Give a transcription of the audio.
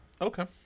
Okay